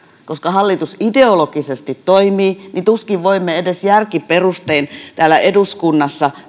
koska hallitus ideologisesti toimii tuskin voimme edes järkiperustein täällä eduskunnassa